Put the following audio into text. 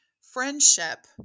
friendship